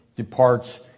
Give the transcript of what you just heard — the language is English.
Departs